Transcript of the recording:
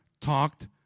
talked